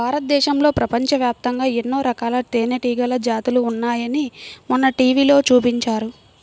భారతదేశంలో, ప్రపంచవ్యాప్తంగా ఎన్నో రకాల తేనెటీగల జాతులు ఉన్నాయని మొన్న టీవీలో చూపించారు